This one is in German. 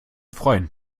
freuen